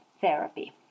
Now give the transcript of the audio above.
therapy